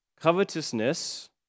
Covetousness